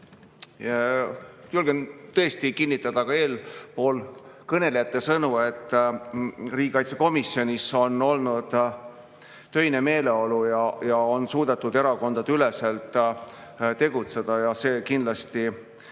Julgen tõesti kinnitada eespool kõnelejate sõnu, et riigikaitsekomisjonis on olnud töine meeleolu ja on suudetud erakondadeüleselt tegutseda. See kindlasti